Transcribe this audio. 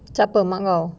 siapa mak kau